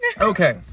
Okay